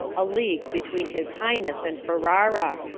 a league betweene his highnesse, and ferrara